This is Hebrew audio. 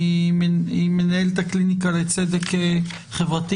שהיא מנהלת הקליניקה לצדק חברתי